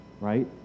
Right